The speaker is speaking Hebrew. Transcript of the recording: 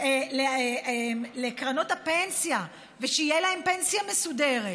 לקרנות הפנסיה ושתהיה להם פנסיה מסודרת.